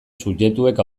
subjektuek